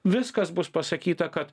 viskas bus pasakyta kad